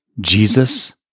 Jesus